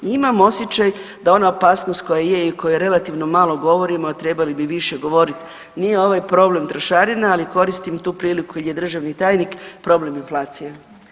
Imam osjećaj da ona opasnost koja je i o kojoj relativno malo govorimo, a trebali bi više govoriti nije ovaj problem trošarina, ali koristim tu priliku kad je državni tajnik problem inflacije.